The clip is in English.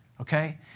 okay